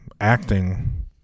acting